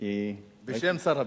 כי, בשם שר הביטחון.